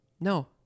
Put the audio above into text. No